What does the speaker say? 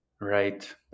Right